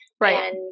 Right